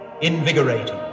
invigorating